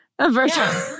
virtual